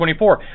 24